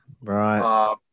Right